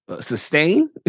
Sustain